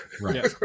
right